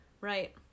Right